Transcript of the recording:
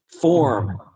form